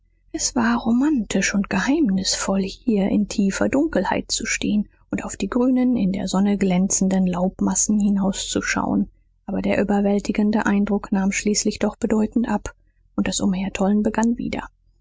es war romantisch und geheimnisvoll hier in tiefer dunkelheit zu stehen und auf die grünen in der sonne glänzenden laubmassen hinauszuschauen aber der überwältigende eindruck nahm schließlich doch bedeutend ab und das umhertollen begann wieder